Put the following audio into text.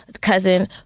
cousin